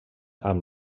amb